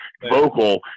vocal